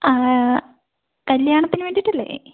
കല്ല്യാണത്തിന് വേണ്ടിയിട്ടല്ലേ